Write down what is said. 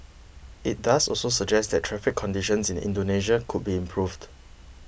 it does also suggest that traffic conditions in Indonesia could be improved